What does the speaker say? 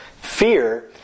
Fear